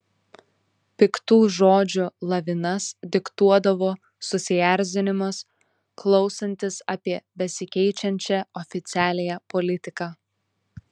piktų žodžių lavinas diktuodavo susierzinimas klausantis apie besikeičiančią oficialiąją politiką